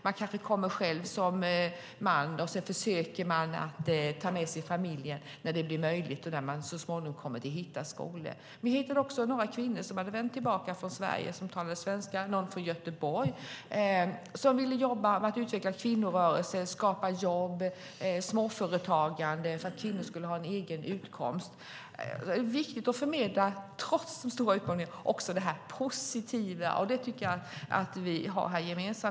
Man kanske kommer själv som man och försöker att ta med sig familjen när det blir möjligt och när man så småningom hittar skolor. Jag hittade även några kvinnor som hade vänt tillbaka från Sverige och som talade svenska. Det var någon från Göteborg som ville jobba med att utveckla kvinnorörelsen - skapa jobb och småföretagande för att kvinnor skulle ha en egen utkomst. Det är trots den stora utmaningen viktigt att förmedla också det positiva, och det tycker jag att vi gemensamt har gjort här i dag.